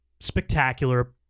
spectacular